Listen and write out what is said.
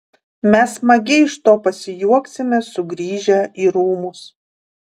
mes smagiai iš to pasijuoksime sugrįžę į rūmus